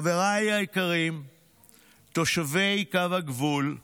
חבריי היקרים תושבי קו הגבול,